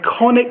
iconic